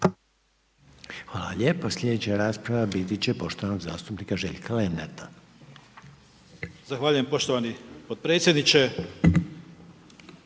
Hvala lijepa. Slijedeća rasprava biti će poštovanog zastupnika Željka Lenarta. **Lenart, Željko (HSS)** Zahvaljujem poštovani podpredsjedniče.